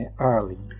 early